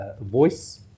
voice